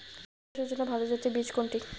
বিম চাষের জন্য ভালো জাতের বীজ কোনটি?